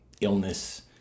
illness